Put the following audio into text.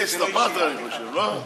טיבי, הסתפרת אני חושב, לא?